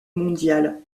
mondial